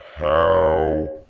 how?